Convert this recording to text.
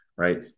Right